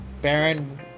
Baron